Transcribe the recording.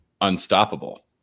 unstoppable